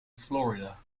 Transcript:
florida